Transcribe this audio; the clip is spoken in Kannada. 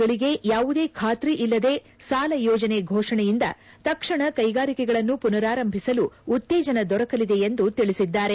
ಗಳಿಗೆ ಯಾವುದೇ ಖಾತ್ರಿ ಇಲ್ಲದೆ ಸಾಲ ಯೋಜನೆ ಘೋಷಣೆಯಿಂದ ತಕ್ಷಣ ಕ್ಲೆಗಾರಿಕೆಗಳನ್ನು ಪುನರಾರಂಭಿಸಲು ಉತ್ತೇಜನ ದೊರಕಲಿದೆ ಎಂದು ತಿಳಿಸಿದ್ದಾರೆ